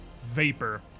vapor